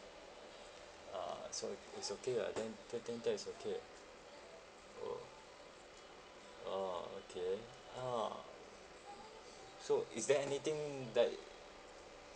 uh so it it's okay lah then think think that's okay ah oh orh okay a'ah so is there anything that